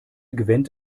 gewinnt